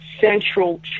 central